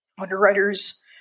underwriters